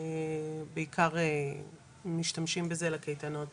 בעיקר משתמשים בזה לקייטנות